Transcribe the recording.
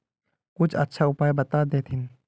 कुछ अच्छा उपाय बता देतहिन?